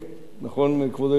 נכון, כבוד היושב-ראש?